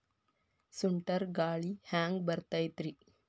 ಸುಂಟರ್ ಗಾಳಿ ಹ್ಯಾಂಗ್ ಬರ್ತೈತ್ರಿ?